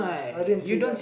I didn't see that